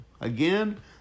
again